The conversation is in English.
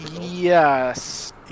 yes